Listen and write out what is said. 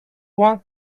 one